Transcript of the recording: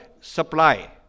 supply